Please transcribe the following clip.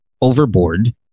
overboard